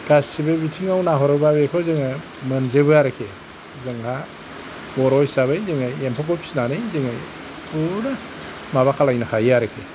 गासिबो बिथिङाव नाहरोब्ला बेखौ जोङो मोनजोबो आरोखि जोंहा बर' हिसाबै जों एम्फौखौ फिनानै जोङो फुरा माबा खालामनो हायो आरोखि